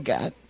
God